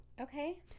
Okay